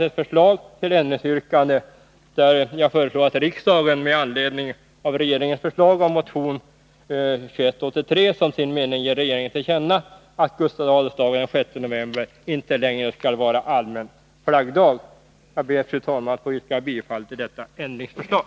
Det har i kammaren utdelats ett särskilt yrkande med förslag till ändring, - och det lyder: Jag ber, fru talman, att få yrka bifall till detta ändringsförslag.